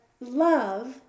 love